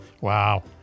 Wow